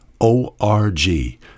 o-r-g